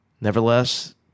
Nevertheless